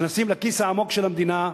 נכנסים לכיס העמוק של המדינה,